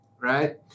right